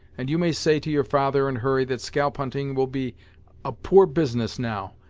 and you may say to your father and hurry that scalp-hunting will be a poor business now,